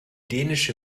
dänische